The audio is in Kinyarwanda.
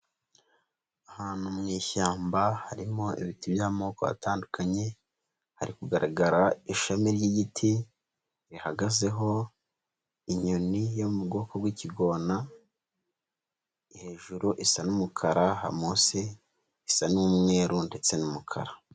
Ahantu mu ishyamba harimo ibiti by'amoko atandukanye, hari kugaragara ishami ry'igiti rihagazeho inyoni yo mu bwoko bw'ikigona, hejuru isa n'umukara munsi isa n'umweru ndetse n'umukara.